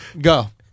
Go